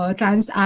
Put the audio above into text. trans